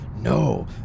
No